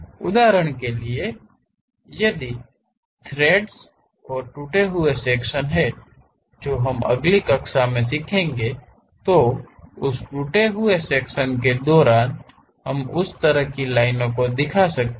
उदाहरण के लिए यदि थ्रेड्स और टूटे हुए सेक्शन हैं जो हम अगली कक्षा में सीखेंगे तो उस टूटे हुए सेक्शन के दौरान हम उस तरह की लाइनों को दिखा सकते हैं